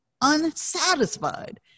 unsatisfied